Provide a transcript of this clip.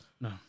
no